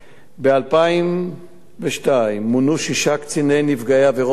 ב-2002 מונו שישה קציני נפגעי עבירות מחוזיים